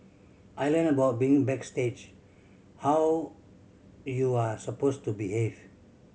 I learnt about being backstage how you are supposed to behave